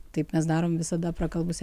taip mes darom visada prakalbus